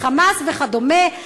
ב"חמאס" וכדומה,